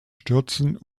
stürzen